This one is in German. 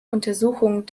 untersuchung